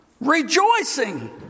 rejoicing